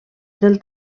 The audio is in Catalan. del